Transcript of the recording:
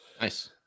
nice